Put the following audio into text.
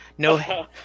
No